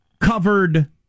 covered